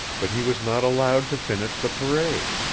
but he was not allowed to finish the parade.